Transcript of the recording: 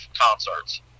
concerts